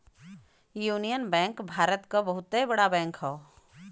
union Bank Bharat क बहुते बड़ा बैंक हौ